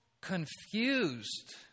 confused